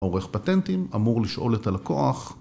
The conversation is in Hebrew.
‫עורך פטנטים אמור לשאול את הלקוח.